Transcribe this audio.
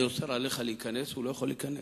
אני אוסר עליך להיכנס, הוא לא יכול להיכנס.